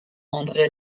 andré